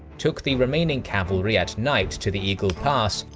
took the remaining cavalry at night to the eagle pass,